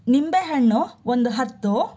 ನಿಂಬೆ ಹಣ್ಣು ಒಂದು ಹತ್ತು